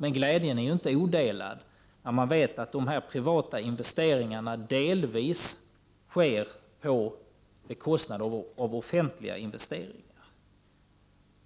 Men glädjen är inte odelad när man vet att de privata investeringarna delvis sker på bekostnad av offentliga investeringar.